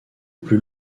plus